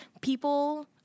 people